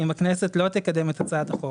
אם הכנסת לא תקדם את הצעת החוק,